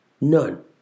None